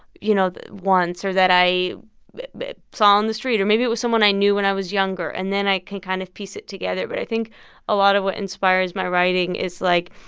you know, once or that i saw on the street, or maybe it was someone i knew when i was younger. and then i can kind of piece it together, but i think a lot of what inspires my writing is, like,